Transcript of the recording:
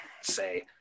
say